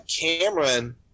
Cameron